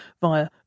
via